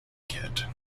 kit